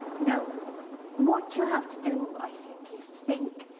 now what you have to do, i think, is think